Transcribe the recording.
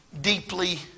deeply